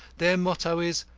their motto is,